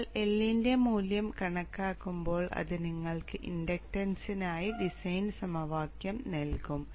നിങ്ങൾ L ന്റെ മൂല്യം കണക്കാക്കുമ്പോൾ അത് നിങ്ങൾക്ക് ഇൻഡക്റ്റൻസിനായി ഡിസൈൻ സമവാക്യം നൽകും